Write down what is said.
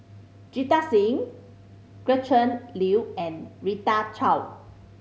Jita Singh Gretchen Liu and Rita Chao